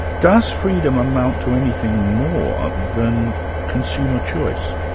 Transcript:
does freedom amount to anything more than consumer choice?